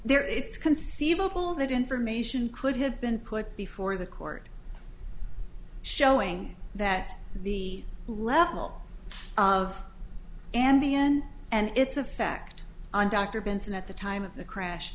there it's conceivable that information could have been put before the court showing that the level of ambien and its effect on dr benson at the time of the crash